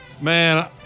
Man